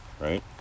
right